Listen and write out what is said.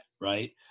right